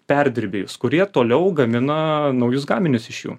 perdirbėjus kurie toliau gamina naujus gaminius iš jų